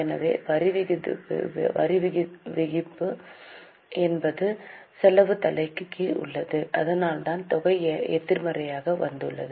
எனவே வரிவிதிப்பு என்பது செலவுத் தலைக்கு கீழ் உள்ளது அதனால்தான் தொகை எதிர்மறையாக வந்துள்ளது